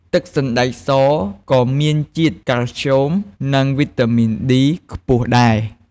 ទឹកសណ្តែកសក៏មានជាតិ កាល់ស្យូម និង វីតាមីន D ខ្ពស់ដែរ។